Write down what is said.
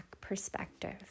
perspective